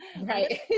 right